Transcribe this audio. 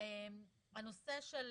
הנושא של